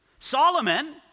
Solomon